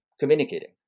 Communicating